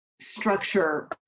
structure